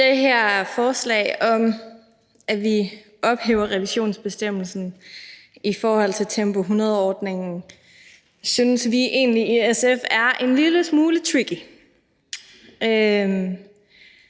Det her forslag om at ophæve revisionsbestemmelsen i forhold til Tempo 100-ordningen synes vi i SF egentlig er en lille smule tricky.